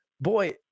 Boy